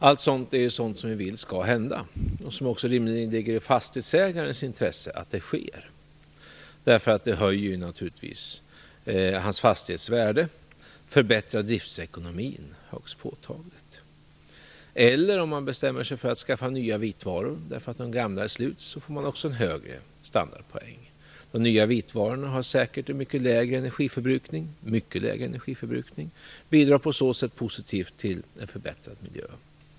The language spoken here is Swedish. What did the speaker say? Allt detta är sådant som vi vill skall göras och som rimligen också ligger i fastighetsägarens intresse. Det höjer naturligtvis hans fastighets värde och förbättrar driftsekonomin påtagligt. Kanske man bestämmer sig för att skaffa nya vitvaror därför att de gamla är slut, och då får man också en högre standardpoäng. De nya vitvarorna ha säkert en mycket lägre energiförbrukning och bidrar på så sätt positivt till en förbättrad miljö.